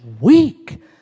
weak